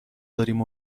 داریم